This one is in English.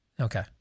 Okay